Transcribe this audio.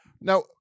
now